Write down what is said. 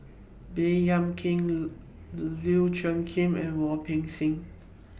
Baey Yam Keng Lau Chiap Khai and Wu Peng Seng